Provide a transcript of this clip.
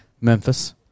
Memphis